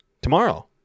Tomorrow